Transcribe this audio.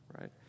Right